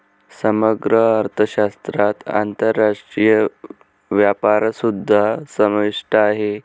समग्र अर्थशास्त्रात आंतरराष्ट्रीय व्यापारसुद्धा समाविष्ट आहे